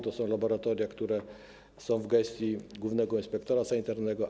To są laboratoria, które są w gestii głównego inspektora sanitarnego.